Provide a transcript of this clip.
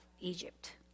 Egypt